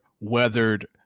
weathered